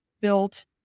built